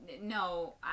No